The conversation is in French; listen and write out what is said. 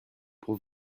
pour